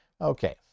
okay